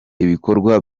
ibikorwa